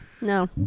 No